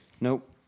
Nope